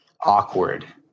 awkward